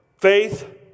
Faith